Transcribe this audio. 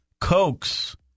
coax